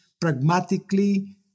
pragmatically